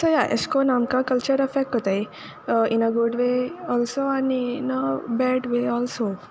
so या एशे कोन्न आमकां कल्चर अफेक्ट कोतताय in a good way also आनी in a bad way also